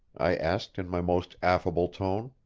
i asked in my most affable tone.